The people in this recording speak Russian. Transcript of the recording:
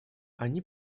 они